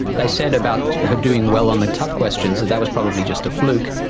they said about her doing well on the tough questions that that was probably just a fluke,